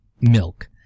milk